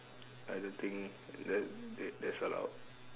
I don't think that that that's allowed